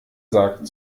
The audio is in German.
sagt